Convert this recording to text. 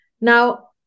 Now